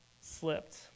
slipped